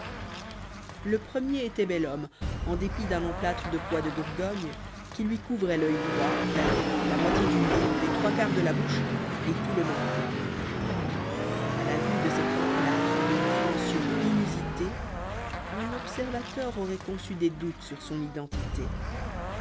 le premier était bel homme en dépit d'un emplâtre de poix de bourgogne qui lui couvrait l'oeil droit la joue la moitié du nez les trois quarts de la bouche et tout le menton â la vue de cet emplâtre d'une dimension inusitée un observateur aurait conçu des doutes sur son identité